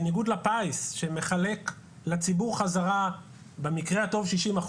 בניגוד לפיס שמחלק לציבור חזרה במקרה הטוב 60%,